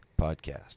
podcast